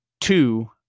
two